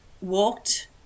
walked